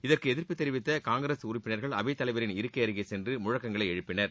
இதற்கு எதிர்ப்பு தெரிவித்த காங்கிரஸ் உறுப்பினர்கள் அவைத்தலைவரின் இருக்கை அருகே சென்று முழக்கங்களை எழுப்பினர்